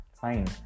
Fine